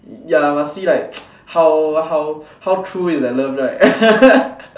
ya must see like how how true is that love right